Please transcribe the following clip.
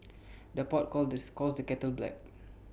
the pot calls the score the kettle black